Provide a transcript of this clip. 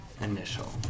initial